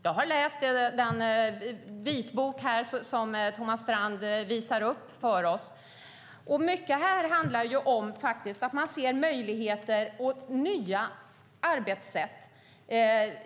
Jag har läst den vitbok som Thomas Strand nämner, och mycket handlar om att man ser möjligheter och nya arbetssätt.